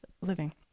living